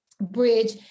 bridge